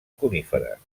coníferes